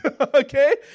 Okay